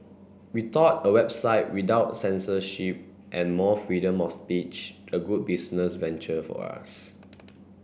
we thought a website without censorship and more freedom of speech a good business venture for us